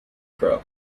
crow